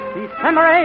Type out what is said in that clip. December